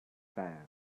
fan